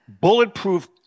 bulletproof